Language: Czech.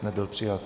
Nebyl přijat.